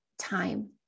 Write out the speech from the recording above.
time